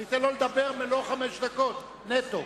אני אתן לו לדבר מלוא חמש דקות נטו.